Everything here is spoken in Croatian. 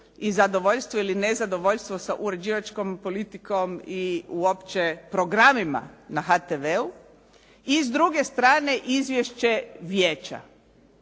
i zadovoljstvo ili nezadovoljstvo sa uređivačkom politikom i uopće programima na HTV-u. i s druge strane izvješće vijeća.